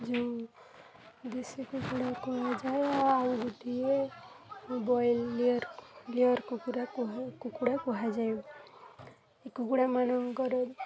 ଯେଉଁ ଦେଶୀ କୁକୁଡ଼ା କୁହାଯାଏ ଆଉ ଗୋଟିଏ ବ୍ରଏଲର ଲେୟର୍ କୁକୁଡ଼ା କୁହା କୁକୁଡ଼ା କୁହାଯାଏ ଏ କୁକୁଡ଼ାମାନଙ୍କର